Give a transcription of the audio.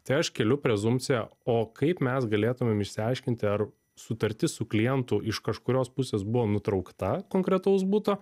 tai aš keliu prezumpciją o kaip mes galėtumėm išsiaiškinti ar sutartis su klientu iš kažkurios pusės buvo nutraukta konkretaus buto